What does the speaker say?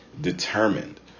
determined